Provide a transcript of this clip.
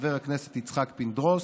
חבר הכנסת יצחק פינדרוס,